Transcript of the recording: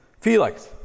Felix